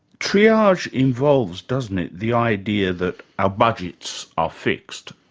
triage involves, doesn't it, the idea that our budgets are fixed,